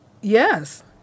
Yes